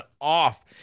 off